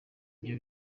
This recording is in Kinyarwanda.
byo